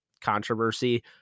controversy